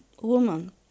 woman